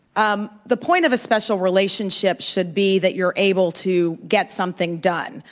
um the point of a special relationship should be that you're able to get something done.